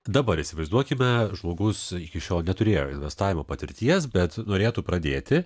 dabar įsivaizduokime žmogus iki šiol neturėjo investavimo patirties bet norėtų pradėti